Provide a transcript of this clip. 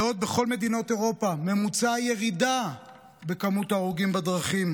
בעוד בכל מדינות אירופה ממוצע הירידה במספר הרוגים בדרכים